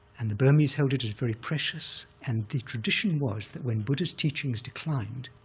and the burmese held it as very precious, and the tradition was that when buddhist teachings declined,